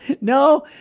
No